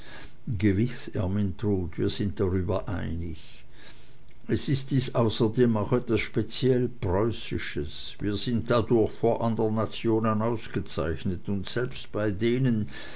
gewiß ermyntrud wir sind einig darüber es ist dies außerdem auch etwas speziell preußisches wir sind dadurch vor andern nationen ausgezeichnet und selbst bei denen